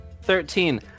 Thirteen